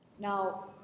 Now